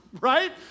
right